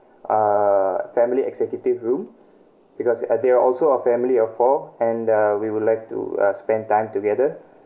uh family executive room because uh they are also a family of four and uh we would like to uh spend time together